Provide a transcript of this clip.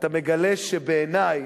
אתה מגלה, בעיני,